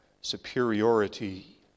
superiority